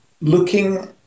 looking